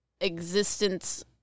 existence